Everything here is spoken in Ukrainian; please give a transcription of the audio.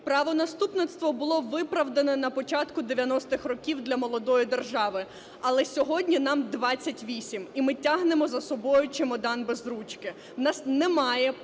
Правонаступництво було виправдане на початку 90-х років для молодої держави, але сьогодні нам 28 і ми тягнемо за собою чемодан без ручки.